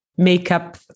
Makeup